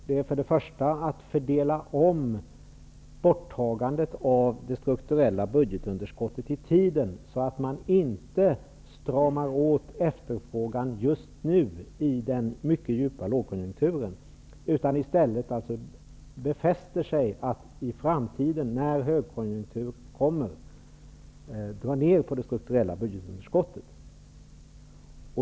För det första gäller det att fördela om borttagandet av det strukturella budgetunderskottet i tiden, så att man inte stramar åt efterfrågan just nu i den mycket djupa lågkonjunkturen utan i stället befäster sig att i framtiden, när konjunkturen vänder, dra ner på det strukturella budgetunderskottet.